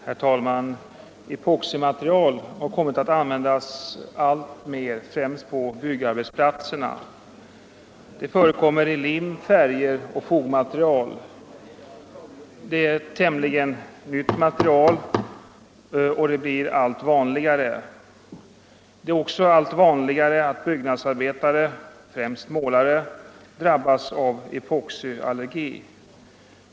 Herr talman! Epoximaterial har kommit att användas alltmer, främst på byggarbetsplatserna. Det förekommer i lim, färger och fogmaterial. Det är ett tämligen nytt material, och det blir som sagt allt vanligare. Det blir också allt vanligare att byggnadsarbetare, främst målare, drabbas av epoxiallergi.